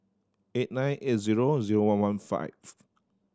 eight nine eight zero zero one one five